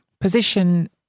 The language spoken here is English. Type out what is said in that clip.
position